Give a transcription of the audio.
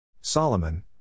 Solomon